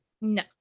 No